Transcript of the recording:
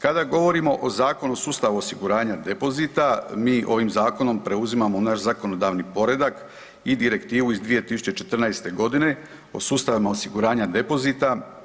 Kada govorimo o Zakonu o sustavu osiguranja depozita, mi ovim zakonom preuzimamo u naš zakonodavni poredak i direktivu iz 2014.g. o sustavima osiguranja depozita.